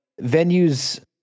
venues